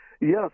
Yes